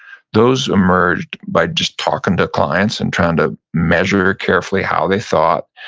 those emerged by just talking to clients and trying to measure carefully how they thought,